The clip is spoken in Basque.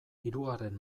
hirugarren